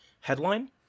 headline